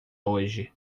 hoje